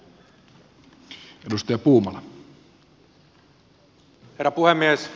herra puhemies